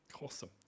Awesome